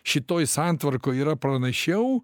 šitoj santvarkoj yra pranašiau